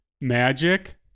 Magic